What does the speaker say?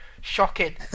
Shocking